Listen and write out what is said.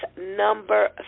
number